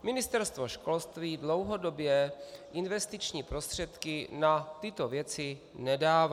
Ministerstvo školství dlouhodobě investiční prostředky na tyto věci nedává.